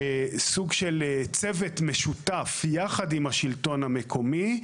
סוג של צוות משותף יחד עם השלטון המקומי,